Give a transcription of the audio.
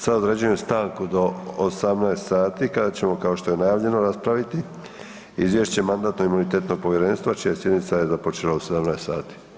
Sad određujem stanku do 18 sati kada ćemo kao što je najavljeno, raspraviti Izvješće Mandatno-imunitetnog povjerenstva čija sjednica je započela u 17 sati.